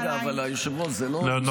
רגע, אבל, היושב-ראש, זה לא בסדר.